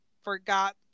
forgot